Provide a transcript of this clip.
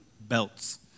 Belts